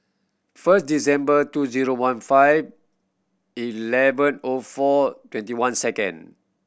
first December two zero one five eleven O four twenty one second